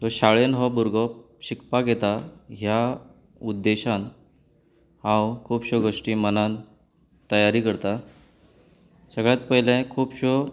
शाळेंत हो भुरगो शिकपाक येता ह्या उद्देशान हांव खुबशो गोश्टी मनांत तयारी करतां सगल्यांत पयलें खुबशो